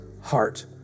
heart